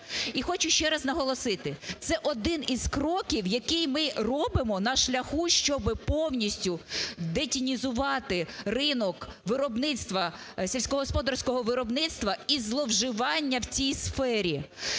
І хочу ще раз наголосити, це один із кроків, який ми робимо на шляху, щоби повністю детінізувати ринок виробництва, сільськогосподарського виробництва і зловживання в цій сфері.